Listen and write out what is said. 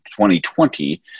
2020